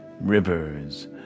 rivers